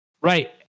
Right